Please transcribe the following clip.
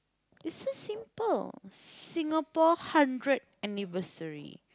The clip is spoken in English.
is so simple Singapore hundred anniversary